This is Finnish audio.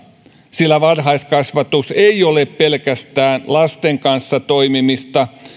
sillä varhaiskasvatus ei ole pelkästään lasten kanssa toimimista